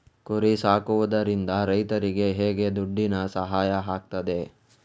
ಕುರಿ ಸಾಕುವುದರಿಂದ ರೈತರಿಗೆ ಹೇಗೆ ದುಡ್ಡಿನ ಸಹಾಯ ಆಗ್ತದೆ?